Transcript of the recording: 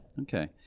okay